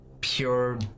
pure